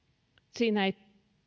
siinä ei